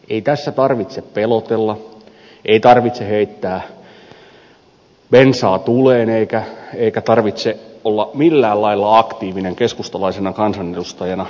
ei tässä tarvitse pelotella ei tarvitse heittää bensaa tuleen eikä tarvitse olla millään lailla aktiivinen keskustalaisena kansanedustajana